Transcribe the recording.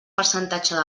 percentatge